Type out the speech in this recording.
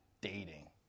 Dating